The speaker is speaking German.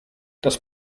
das